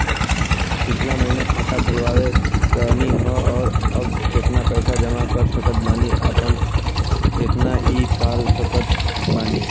पिछला महीना खाता खोलवैले रहनी ह और अब केतना पैसा जमा कर सकत बानी आउर केतना इ कॉलसकत बानी?